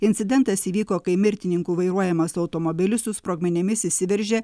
incidentas įvyko kai mirtininkų vairuojamas automobilis su sprogmenimis įsiveržė